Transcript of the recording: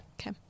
Okay